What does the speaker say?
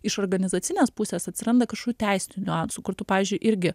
iš organizacinės pusės atsiranda kažkokių teisinių niuansų kur tu pavyzdžiui irgi